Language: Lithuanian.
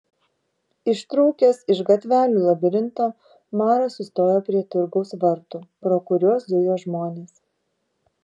ištrūkęs iš gatvelių labirinto maras sustojo prie turgaus vartų pro kuriuos zujo žmonės